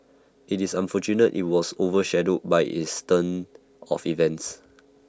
IT is unfortunate IT was over shadowed by is turn of events